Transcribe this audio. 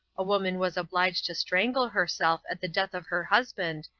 a woman was obliged to strangle herself at the death of her husband,